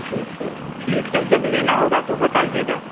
ठीक सर ठीक है जब लेना होगा तो बताइएगा